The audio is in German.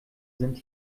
sind